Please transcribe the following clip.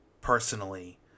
personally